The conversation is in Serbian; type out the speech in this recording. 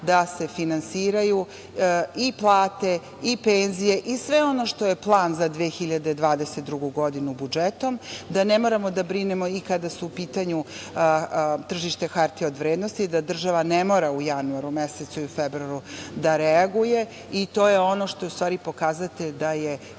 da se finansiraju i plate i penzije i sve ono što je plan za 2022. godinu budžetom, da ne moramo da brinemo i kada su u pitanju tržišta hartija od vrednosti, da država ne mora u januari i februaru mesecu da reaguje i to je ono što je u stvari pokazatelj da je